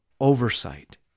oversight